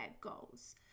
goals